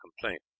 complaint